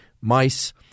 mice